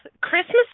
Christmas